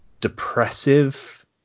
depressive